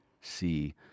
see